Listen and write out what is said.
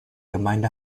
gemeinde